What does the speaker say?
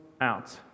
out